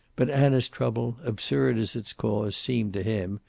but anna's trouble, absurd as its cause seemed to him,